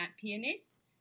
pianist